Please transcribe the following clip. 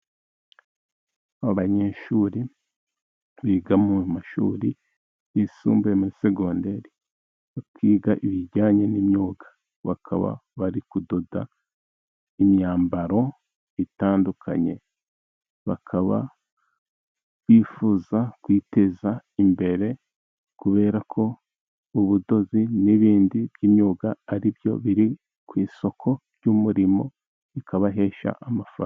Abanyeshuri biga mu mashuri yisumbuye muri seconderi, bakiga ibijyanye n'imyuga, bakaba bari kudoda imyambaro itandukanye, bakaba bifuza kwiteza imbere, kubera ko ubudozi n'ibindi by'imyuga ari byo biri ku isoko ry'umurimo, bikabahesha amafaranga.